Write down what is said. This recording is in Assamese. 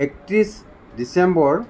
একত্ৰিছ ডিচেম্বৰ